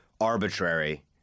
arbitrary